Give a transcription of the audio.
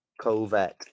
covet